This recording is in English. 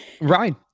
Right